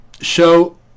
show